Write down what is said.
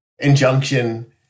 injunction